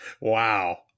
Wow